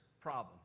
problem